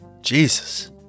Jesus